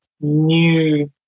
new